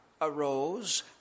arose